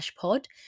pod